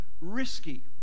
risky